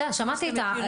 בסדר, שמעתי.